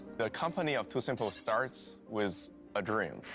the company of tusimple starts with a dream.